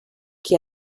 que